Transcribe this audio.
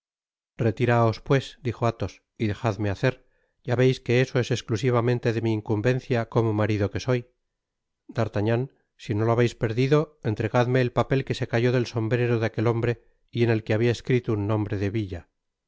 retiraos pues dijo athos y dejadme hacer ya veis que eso es esclusivamente de mi incumbencia como marido que soy d'artagnan si no lo habeis perdido entregadme el papel que se cayó del sombrero de aquel hombre y en el que habia escrito un nom bre de villa